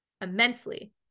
immensely